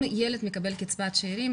אם ילד מקבל קצבת שארים,